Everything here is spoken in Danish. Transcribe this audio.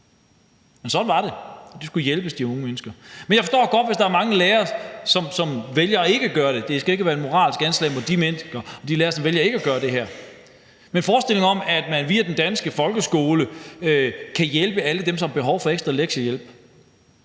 det. Sådan var det, men de unge mennesker skulle hjælpes. Jeg forstår godt, hvis der er mange lærere, som vælger ikke at gøre det. Det skal ikke være et moralsk anslag mod de lærere, som vælger ikke at gøre det her. Men til forestillingen om, at man via den danske folkeskole kan hjælpe alle dem, som har behov for ekstra lektiehjælp,